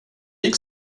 gick